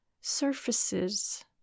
surfaces